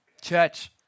Church